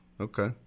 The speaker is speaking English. Okay